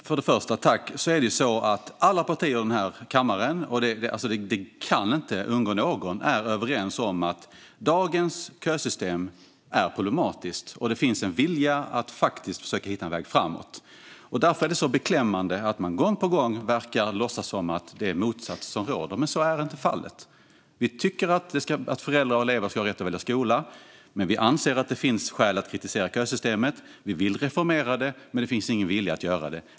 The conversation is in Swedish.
Fru talman! Först och främst är det ju så, vilket inte kan undgå någon, att alla partier i den här kammaren är överens om att dagens kösystem är problematiskt. Det finns en vilja att försöka hitta en väg framåt. Därför är det så beklämmande att man gång på gång verkar låtsas som att det är motsatsen som råder. Men så är inte fallet. Vi tycker att föräldrar och elever ska ha rätt att välja skola, men vi anser att det finns skäl att kritisera kösystemet. Vi vill reformera det, men det finns ingen vilja att göra det.